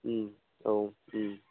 औ